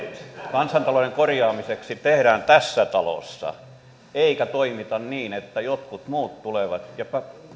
kansantalouden korjaamiseksi tehdään tässä talossa eikä toimita niin että jotkut muut tulevat